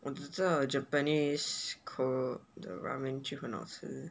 我只知道 japanese kor~ the ramen 就很好吃